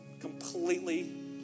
completely